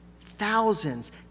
thousands